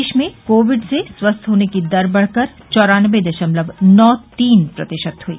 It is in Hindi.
देश में कोविड से स्वस्थ होने की दर बढकर चौरान्नबे दशमलव नौ तीन प्रतिशत हुई